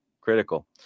Critical